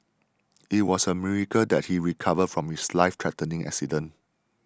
it was a miracle that he recovered from his life threatening accident